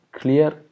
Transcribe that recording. clear